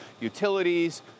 utilities